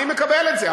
אני מקבל את זה,